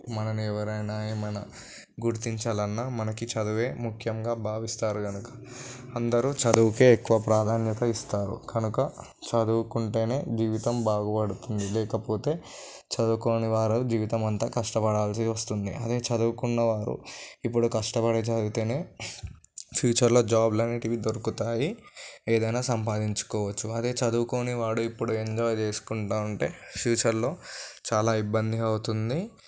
మనలని ఎవరైనా ఏమైనా గుర్తించాలన్నా మనకి చదివే ముఖ్యంగా భావిస్తారు కనుక అందరూ చదువుకే ఎక్కువ ప్రాధాన్యత ఇస్తారు కనుక చదువుకుంటేనే జీవితం బాగువడుతుంది లేకపోతే చదువుకోని వారు జీవితం అంతా కష్టపడాల్సి వస్తుంది అదే చదువుకున్నవారు ఇప్పుడు కష్టపడి చదివితేనే ఫ్యూచర్లో జాబులనేవి దొరుకుతాయి ఏదైనా సంపాదించుకోవచ్చు అదే చదువుకోని వాడు ఇప్పుడు ఎంజాయ్ చేసుకుంటూ ఉంటే ఫ్యూచర్లో చాలా ఇబ్బందిగా అవుతుంది